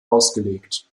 ausgelegt